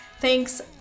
Thanks